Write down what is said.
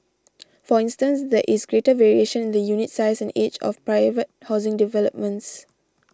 for instance there is greater variation in the unit size and age of private housing developments